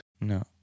No